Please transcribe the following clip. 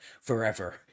forever